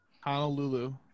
Honolulu